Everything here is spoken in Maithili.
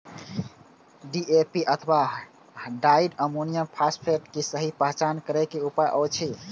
डी.ए.पी अथवा डाई अमोनियम फॉसफेट के सहि पहचान करे के कि उपाय अछि?